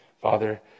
Father